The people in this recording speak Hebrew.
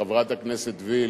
חברת הכנסת וילף,